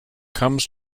comes